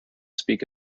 speak